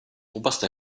oberste